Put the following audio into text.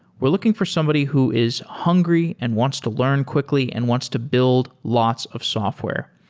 we're looking for somebody who is hungry and wants to learn quickly and wants to build lots of software.